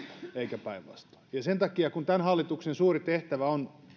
eikä päinvastoin ja sen takia kun tämän hallituksen suuri tehtävä on